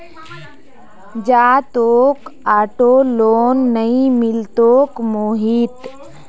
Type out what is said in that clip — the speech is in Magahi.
जा, तोक ऑटो लोन नइ मिलतोक मोहित